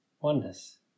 oneness